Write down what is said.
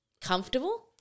comfortable